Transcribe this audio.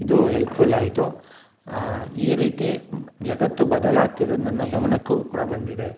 ಇದು ಎಲ್ಪ್ಫ಼ುಲ್ ಆಯಿತು ಈ ರೀತಿ ಜಗತ್ತು ಬದಲಾಗ್ತಿರೋದು ನನ್ನ ಗಮನಕ್ಕೂ ಕೂಡ ಬಂದಿದೆ